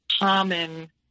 common